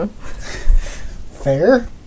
Fair